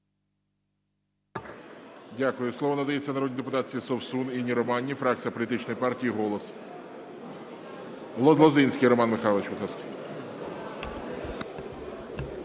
Дякую. Слово надається народній депутатці Совсун Інні Романівні, фракція політичної партії "Голос". Лозинський Роман Михайлович, будь